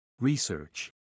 Research